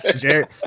Jared